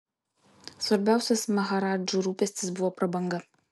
svarbiausias maharadžų rūpestis buvo prabanga